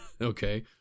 Okay